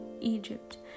Egypt